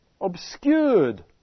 obscured